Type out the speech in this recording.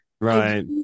Right